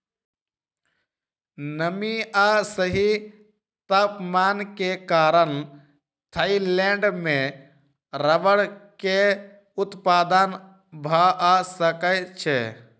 नमी आ सही तापमान के कारण थाईलैंड में रबड़ के उत्पादन भअ सकै छै